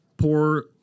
Poor